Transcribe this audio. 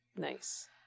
nice